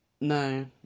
No